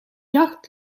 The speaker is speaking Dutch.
jacht